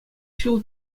ҫул